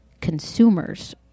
consumers